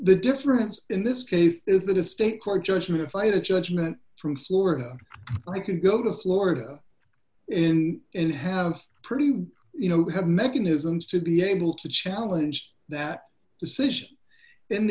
the difference in this case is that a state court judgment plate of judgment from florida i could go to florida in and have pretty you know have mechanisms to be able to challenge that decision in